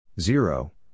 Zero